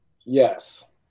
Yes